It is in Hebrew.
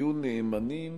יהיו נאמנים